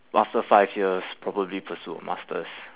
after five years probably pursue a masters